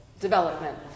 development